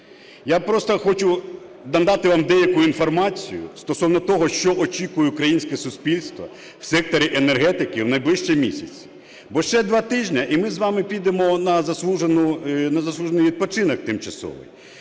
Я просто хочу вам надати деяку інформацію стосовно того, що очікує українське суспільство в секторі енергетики в найближчий місяць. Бо ще два тижні - і ми з вами підемо на заслужений відпочинок тимчасовий,